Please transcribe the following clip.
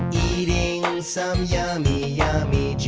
eating some yummy